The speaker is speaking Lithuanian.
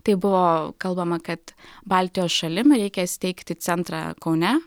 taip buvo kalbama kad baltijos šalim reikia steigti centrą kaune